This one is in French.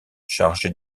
chargé